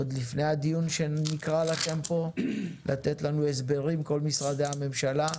עוד לפני הדיון הבא אליו נקרא לכם פה לתת לנו הסברים כל משרדי הממשלה.